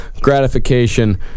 gratification